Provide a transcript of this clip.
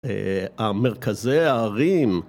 המרכזי הערים